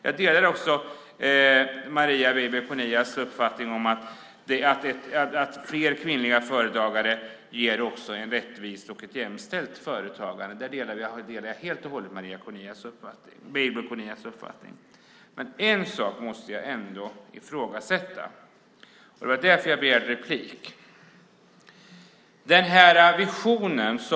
Jag delar också Marie Weibull Kornias uppfattning om att fler kvinnliga företagare också ger ett rättvist och jämställt företagande. Där delar jag helt och hållet Marie Weibull Kornias uppfattning. Men en sak måste jag ändå ifrågasätta. Det var därför jag begärde replik.